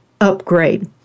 Upgrade